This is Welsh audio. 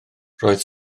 roedd